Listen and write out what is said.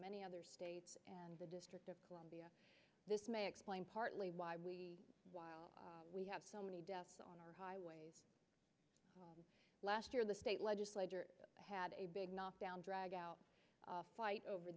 many other states and the district of columbia this may explain partly why we while we have so many deaths on our highways last year the state legislature had a big knockdown drag out fight over